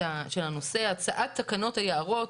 בנושא הצעת תקנות היערות,